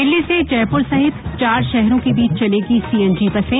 दिल्ली से जयपुर सहित चार शहरों के बीच चलेंगी सीएनजी बसें